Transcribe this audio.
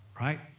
Right